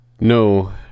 No